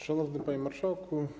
Szanowny Panie Marszałku!